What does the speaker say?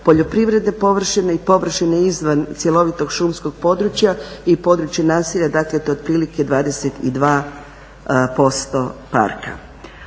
poljoprivredne površine i površine izvan cjelovitog šumskog područja i područja naselja, dakle to je otprilike 22% parka.